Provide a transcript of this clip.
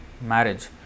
marriage